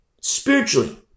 Spiritually